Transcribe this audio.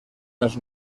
més